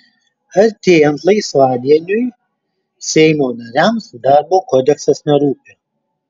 artėjant laisvadieniui seimo nariams darbo kodeksas nerūpi